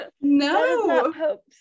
No